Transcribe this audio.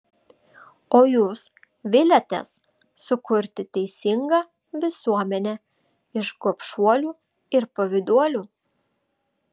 o jūs viliatės sukurti teisingą visuomenę iš gobšuolių ir pavyduolių